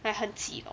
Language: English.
like 很挤 lor